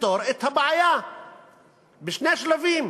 לפתור את הבעיה בשני שלבים: